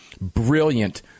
Brilliant